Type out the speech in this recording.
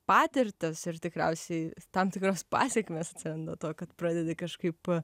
patirtis ir tikriausiai tam tikras pasekmes nuo to kad pradedi kažkaip